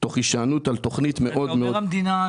תוך הישענות על תכנית מאוד -- תפרט על מבקר המדינה,